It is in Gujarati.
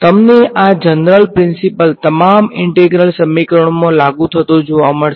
તમને આ જનરલ પ્રીંસીપલ તમામ ઈન્ટેગ્રલ સમીકરણોમાં લાગુ થતો જોવા મળશે